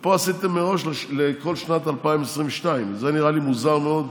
ופה עשיתם מראש לכל שנת 2022. זה נראה לי מוזר מאוד.